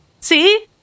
see